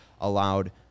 allowed